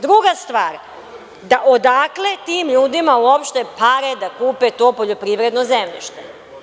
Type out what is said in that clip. Druga stvar, odakle tim ljudima uopšte pare da kupe to poljoprivredno zemljište?